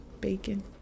bacon